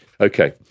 Okay